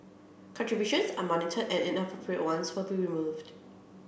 contributions are monitored and inappropriate ones will be removed